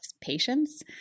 patience